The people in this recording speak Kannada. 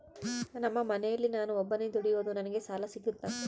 ನಮ್ಮ ಮನೆಯಲ್ಲಿ ನಾನು ಒಬ್ಬನೇ ದುಡಿಯೋದು ನನಗೆ ಸಾಲ ಸಿಗುತ್ತಾ?